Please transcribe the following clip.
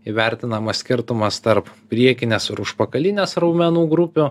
įvertinamas skirtumas tarp priekinės ir užpakalinės raumenų grupių